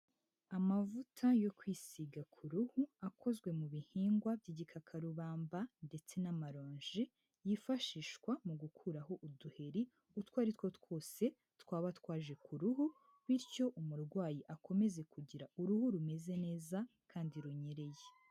Amavuta yo kwisiga ku ruhu akozwe mu bihingwa by'igikakarubamba ndetse n'amaronji yifashishwa mu gukuraho uduheri utwo ari two twose twaba twaje ku ruhu, bityo umurwayi akomeze kugira uruhu rumeze neza kandi runyereye.